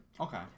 Okay